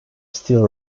still